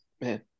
man